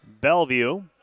Bellevue